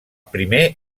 primer